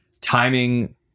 timing